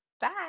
bye